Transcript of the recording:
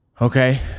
Okay